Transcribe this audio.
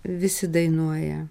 visi dainuoja